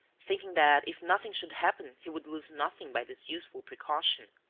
thinking that if nothing should happen he would lose nothing by this useful precaution.